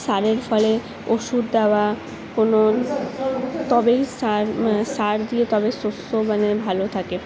সারের ফলে ওষুধ দেওয়া কোনো তবেই সার মানে সার দিয়ে তবে শস্য মানে ভালো থাকে